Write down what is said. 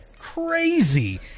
crazy